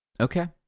Okay